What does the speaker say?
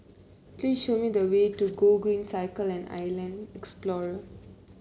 please show me the way to Gogreen Cycle and Island Explorer